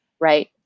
Right